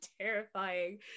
terrifying